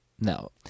no